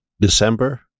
December